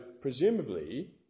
presumably